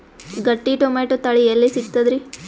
ಗಟ್ಟಿ ಟೊಮೇಟೊ ತಳಿ ಎಲ್ಲಿ ಸಿಗ್ತರಿ?